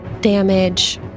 damage